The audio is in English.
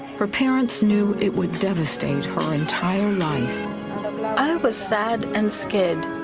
her parents knew it would devastate her entire life. i was sad and scared.